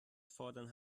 fordern